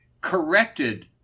corrected